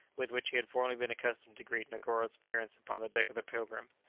with which he had formerly been accustomed to greet negoro's appearance upon the deck of the pilgrim.